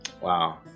Wow